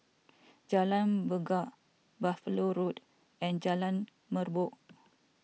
Jalan Bungar Buffalo Road and Jalan Merbok